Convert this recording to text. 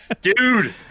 Dude